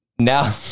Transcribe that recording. now